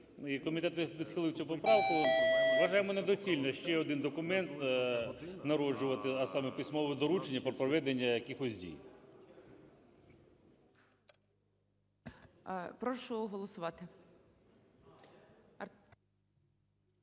комітет відхилив цю поправку. Вважаємо недоцільно ще один документ народжувати, а саме письмове доручення про проведення якихось дій.